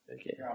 okay